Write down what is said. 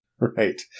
Right